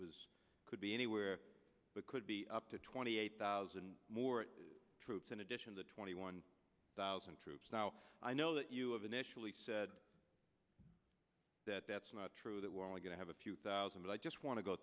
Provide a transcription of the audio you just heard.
was could be anywhere but could be up to twenty eight thousand more troops in addition to twenty one thousand troops now i know that you have initially said that that's not true that we're only going to have a few thousand but i just want to go